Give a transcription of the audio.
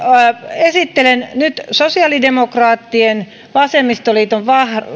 esittelen nyt sosiaalidemokraattien vasemmistoliiton